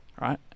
right